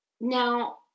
Now